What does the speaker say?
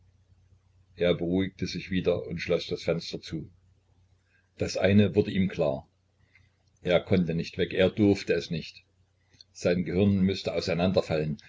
er beruhigte sich wieder und schloß das fenster zu das eine wurde ihm klar er konnte nicht weg er durfte es nicht sein gehirn müßte auseinanderfallen